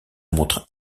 montre